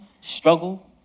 struggle